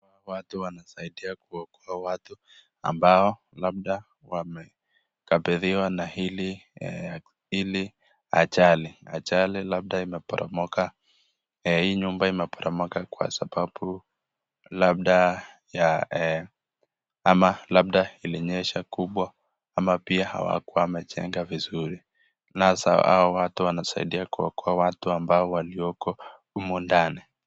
Watu wanasaidia kuokoa watu ambao labda wamekabidhiwa na hili ajali, ajali labda imeporomoka hii nyumba imeporomoka kwa sababu labda ya ama labda ilinyesha kubwa ama pia hawakuwa wamejenga vizuri. Na sasa hao watu wanasaidia kuokoa watu ambao waliko humo ndani.